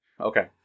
Okay